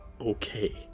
okay